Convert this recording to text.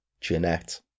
Jeanette